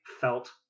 felt